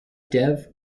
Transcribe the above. dev